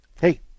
Hey